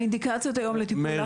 האינדיקציות היום לטיפול לחץ הן רבות.